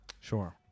Sure